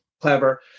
clever